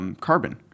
Carbon